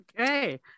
Okay